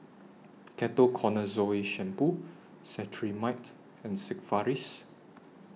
Ketoconazole Shampoo Cetrimide and Sigvaris